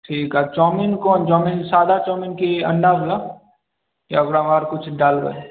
ठीक आ चाउमीन कोन चाउमीन सादा चाउमीन की अंडा बला या ओकरामे आओर किछु डालबै